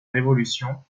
révolution